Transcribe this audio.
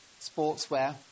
Sportswear